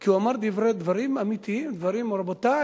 כי הוא אמר דברים אמיתיים: רבותי,